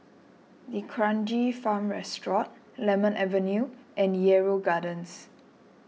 D'Kranji Farm Resort Lemon Avenue and Yarrow Gardens